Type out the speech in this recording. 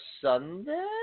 Sunday